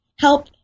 help